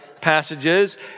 passages